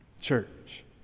Church